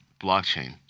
blockchain